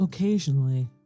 Occasionally